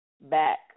back